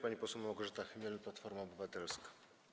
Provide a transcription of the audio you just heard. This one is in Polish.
Pani poseł Małgorzata Chmiel, Platforma Obywatelska.